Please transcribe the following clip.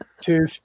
Two